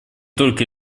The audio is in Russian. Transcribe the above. только